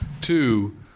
Two